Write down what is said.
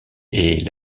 est